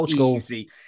easy